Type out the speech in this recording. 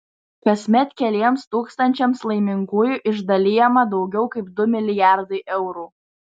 kasmet keliems tūkstančiams laimingųjų išdalijama daugiau kaip du milijardai eurų